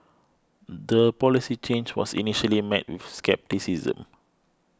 the policy change was initially met with scepticism